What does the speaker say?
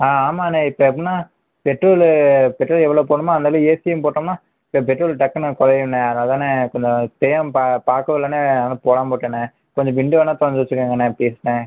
ஆ ஆமாண்ணே இப்போ எப்படினா பெட்ரோல் பெட்ரோல் எவ்வளோ போடணுமோ அந்த அளவு ஏசியும் போட்டோம்னால் பெட்ரோல் டக்குன்னு குறையுண்ணே அதனால் தாண்ணே கொஞ்சோம் தெரியாமல் பார்க்க கொள்ளண்ணே போடாமல் விட்டேண்ணே கொஞ்சோம் விண்டோ வேணால் திறந்து வச்சுக்கோங்கண்ணே ப்ளீஸ்ண்ணே